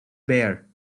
bear